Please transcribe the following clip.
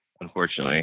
unfortunately